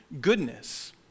goodness